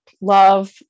love